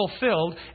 fulfilled